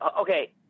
okay